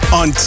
on